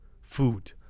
food